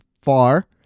far